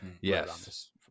yes